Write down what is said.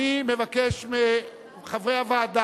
אני מבקש מחברי הוועדה